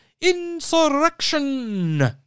insurrection